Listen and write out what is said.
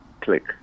click